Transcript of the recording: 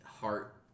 heart